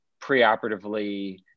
preoperatively